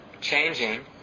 changing